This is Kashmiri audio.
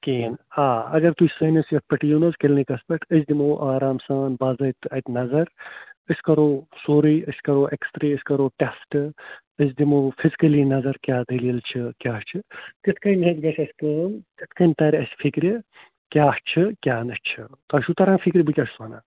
کِہیٖنۍ آ اَگر تُہۍ سٲنِس یَتھ پٮ۪ٹھ یِیِو نہٕ حظ کِلنِکَس پٮ۪ٹھ أسۍ دِمو آرام سان باضٲپطہِ اَتہِ نظر أسۍ کَرو سورُے أسۍ کَرو اٮ۪کس رے أسۍ کَرو ٹٮ۪سٹ أسۍ دِمو فِزکٔلی نظر کیٛاہ دٔلیٖل چھِ کیٛاہ چھِ تِتھ کٔنۍ حظ گژھِ اَسہِ کٲم تِتھ کٔنۍ تَرِ اَسہِ فکرِ کیٛاہ چھِ کیٛاہ نہٕ چھِ تۄہہِ چھُو تَران فکرِ بہٕ کیٛاہ چھُس وَنان